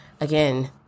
Again